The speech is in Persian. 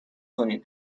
کنین